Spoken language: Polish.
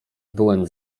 byłem